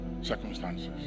circumstances